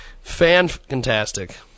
Fantastic